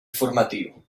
formatiu